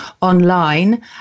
online